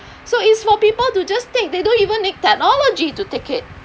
so it's for people to just take they don't even need technology to take it